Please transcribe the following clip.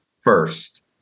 first